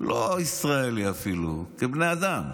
לא ישראלי אפילו, כבני אדם.